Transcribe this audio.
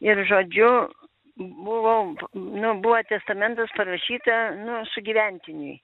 ir žodžiu buvau nu buvo testamentas parašyta nu sugyventiniui